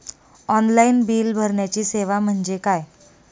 Online bill भरण्याची सेवा म्हणजे काय?